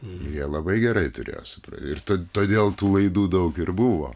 ir jie labai gerai turėjo suprasti ir todėl tų laidų daug ir buvo